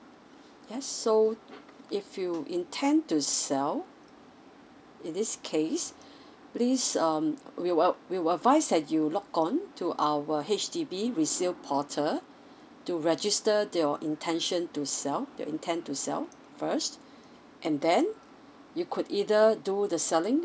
yes so if you intend to sell in this case please um we will we will advise that you log on to our H_D_B resale portal to register to your intention to sell your intend to sell first and then you could either do the selling